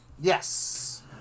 Yes